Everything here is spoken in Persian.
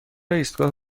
ایستگاه